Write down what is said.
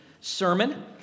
sermon